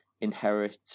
inherit